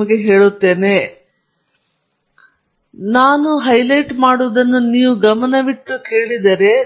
ಹಾಗಾಗಿ ನಾನು ನಿಮಗೆ ಹೈಲೈಟ್ ಮಾಡುವುದು ಅದು